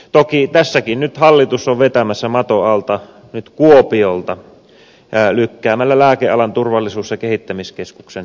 toki tässäkin nyt hallitus on vetämässä maton alta kuopiolta lykkäämällä lääkealan turvallisuus ja kehittämiskeskuksen alueellistamista